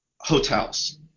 Hotels